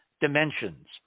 dimensions